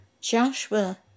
joshua